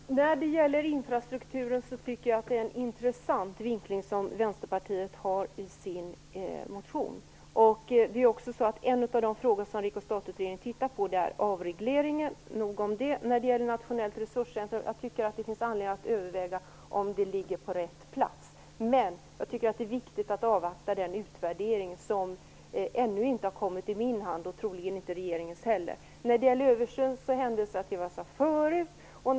Fru talman! När det gäller infrastrukturen tycker jag att Vänsterpartiet har en intressant vinkling i sin motion. En av de frågor som REKO-STAT utredningen tittar på är just avregleringen. Nog om det. När det gäller nationellt resurscentrum tycker jag det finns anledning att överväga om det ligger på rätt plats. Men jag tycker att det är viktigt att avvakta den utvärdering som ännu inte har kommit i min hand och troligen inte i regeringens heller. När det gäller översyn hänvisar jag till vad jag sade förut.